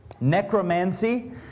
Necromancy